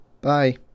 Bye